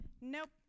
nope